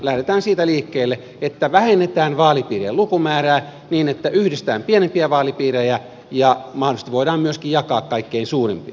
lähdetään siitä liikkeelle että vähennetään vaalipiirien lukumäärää niin että yhdistetään pienempiä vaalipiirejä ja mahdollisesti voidaan myöskin jakaa kaikkein suurimpia